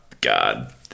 God